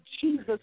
Jesus